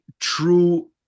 true